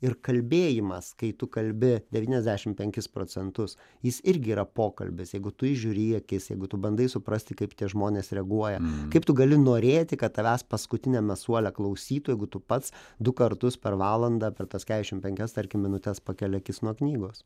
ir kalbėjimas kai tu kalbi devyniasdešim penkis procentus jis irgi yra pokalbis jeigu tu įžiūri į akis jeigu tu bandai suprasti kaip tie žmonės reaguoja kaip tu gali norėti kad tavęs paskutiniame suole klausytų jeigu tu pats du kartus per valandą per tas keturiasdešim penkias tarkim minutes pakeli akis nuo knygos